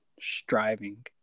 striving